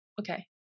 okay